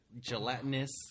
gelatinous